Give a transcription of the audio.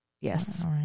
yes